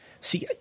see